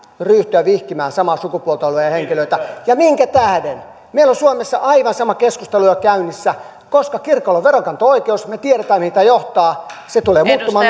ryhtyä vihkimään samaa sukupuolta olevia henkilöitä ja minkä tähden meillä on suomessa aivan sama keskustelu jo käynnissä koska kirkolla on veronkanto oikeus me tiedämme mihin tämä johtaa se tulee muuttumaan